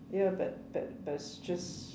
ya but but that's just